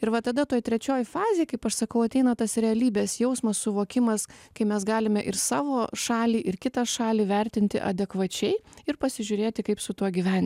ir va tada toj trečioj fazėj kaip aš sakau ateina tas realybės jausmas suvokimas kai mes galime ir savo šalį ir kitą šalį vertinti adekvačiai ir pasižiūrėti kaip su tuo gyvent